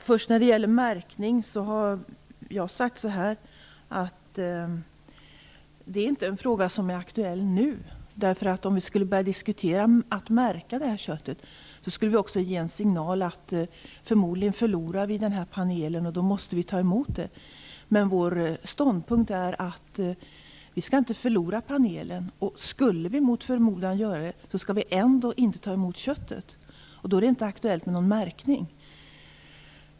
Fru talman! När det gäller märkning har jag sagt att frågan inte är aktuell nu. Om vi skulle börja diskutera märkning av köttet skulle vi ge en signal om att vi förmodligen förlorar panelen, och då måste vi ta emot köttet. Vår ståndpunkt är att vi inte skall förlora panelen. Skulle vi mot förmodan göra det skall vi ändå inte ta emot köttet. Då är det inte aktuellt med någon märkning.